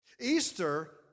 Easter